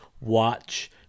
watch